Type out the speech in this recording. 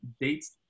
dates